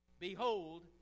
Behold